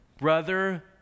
brother